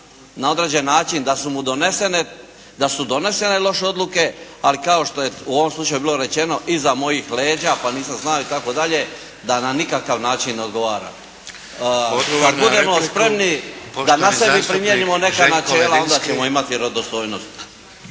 mu donesene, da su donesene loše odluke ali kao što je u ovom slučaju bilo rečeno iza mojih leđa pa nisam znao i tako dalje da na nikakav način ne odgovara. Kad budemo spremni …… /Upadica: Odgovor na repliku poštovani